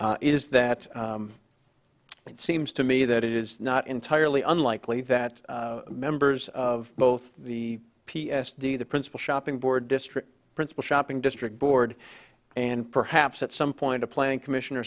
is that it seems to me that it is not entirely unlikely that members of both the p s d the principal shopping board district principal shopping district board and perhaps at some point a plank commission or